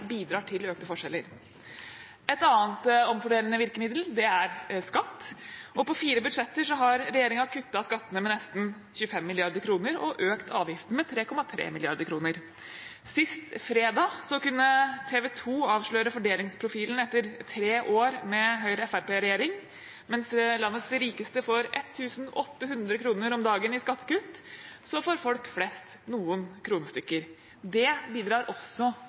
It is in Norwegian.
bidrar til økte forskjeller. Et annet omfordelende virkemiddel er skatt. På fire budsjetter har regjeringen kuttet skattene med nesten 25 mrd. kr og økt avgiftene med 3,3 mrd. kr. Sist fredag kunne TV 2 avsløre fordelingsprofilen etter tre år med Høyre–Fremskrittsparti-regjering: Mens landets rikeste får 1 800 kr om dagen i skattekutt, får folk flest noen kronestykker. Det bidrar også